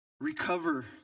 recover